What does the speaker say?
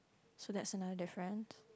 so that's another difference